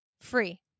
free